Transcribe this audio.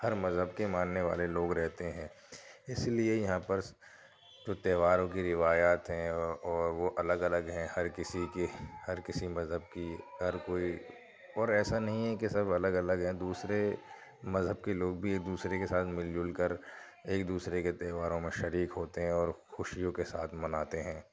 ہر مذہب کے ماننے والے لوگ رہتے ہیں اس لیے یہاں پر تو تیوہاروں کی روایات ہیں اور وہ الگ الگ ہیں ہر کسی کے ہر کسی مذہب کی ہر کوئی اور ایسا نہیں ہے کہ سب الگ الگ ہیں دوسرے مذہب کے لوگ بھی ایک دوسرے کے ساتھ مل جل کر ایک دوسرے کے تیوہاروں میں شریک ہوتے ہیں اور خوشیوں کے ساتھ مناتے ہیں